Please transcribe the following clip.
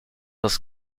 das